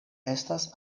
estas